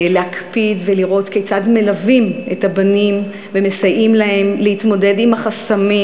להקפיד ולראות כיצד מלווים את הבנים ומסייעים להם להתמודד עם החסמים,